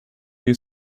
you